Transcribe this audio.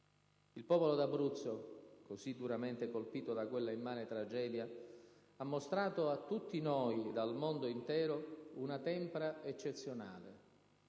Il popolo d'Abruzzo, così duramente colpito da quella immane tragedia, ha mostrato a tutti noi e al mondo intero una tempra eccezionale,